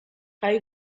high